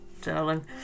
darling